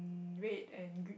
red and gr~